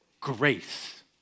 Grace